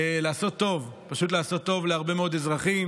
לעשות טוב להרבה מאוד אזרחים,